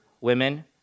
women